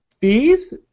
fees